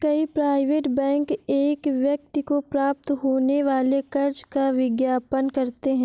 कई private bank एक व्यक्ति को प्राप्त होने वाले कर्ज का विज्ञापन करते हैं